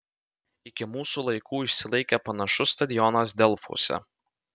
iki mūsų laikų išsilaikė panašus stadionas delfuose